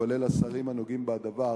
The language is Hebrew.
כולל השרים הנוגעים בדבר,